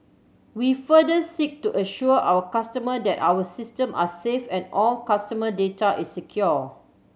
we further seek to assure our customer that our system are safe and all customer data is secure